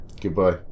goodbye